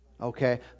Okay